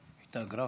התאגרפת.